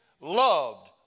loved